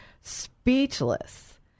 speechless